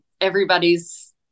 everybody's